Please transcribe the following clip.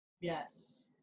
Yes